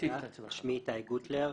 שמי איתי גוטלר,